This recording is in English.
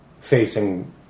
facing